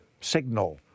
Signal